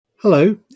Hello